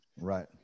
Right